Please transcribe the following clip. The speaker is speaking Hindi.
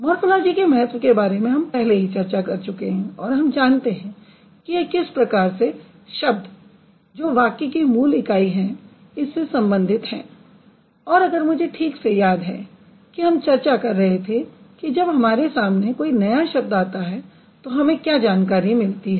मॉर्फोलॉजी के महत्व के बारे में हम पहले ही चर्चा कर चुके हैं और हम जानते हैं कि ये किस प्रकार से शब्द जो वाक्य की मूल इकाई है से संबंधित है और अगर मुझे ठीक से याद है कि हम चर्चा कर रहे थे कि जब हमारे सामने कोई नया शब्द आता है तो हमें क्या जानकारी मिलती है